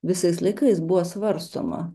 visais laikais buvo svarstoma